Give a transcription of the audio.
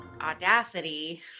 audacity